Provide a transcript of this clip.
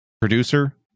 Producer